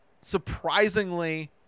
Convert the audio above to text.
surprisingly